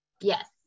Yes